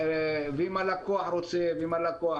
אם הלקוח רוצה ואם הלקוח כך וכך.